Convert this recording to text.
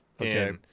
Okay